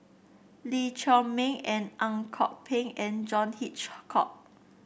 Lee Chiaw Meng Ang Kok Peng and John Hitchcock